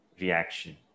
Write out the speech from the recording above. reaction